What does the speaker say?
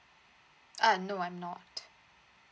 ah no I'm not